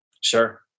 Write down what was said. Sure